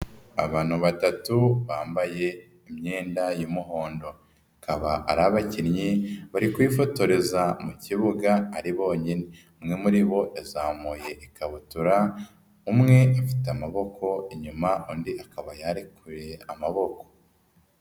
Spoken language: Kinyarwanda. Abantu batatu bambaye imyenda y'umuhondo bakaba ari abakinnyi bari kwifotoreza mu kibuga ari bonyine, umwe muri bo yazamuye ikabutura umwe ifite amaboko inyuma, undi akaba yarekuye amaboko.